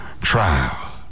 trial